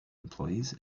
employees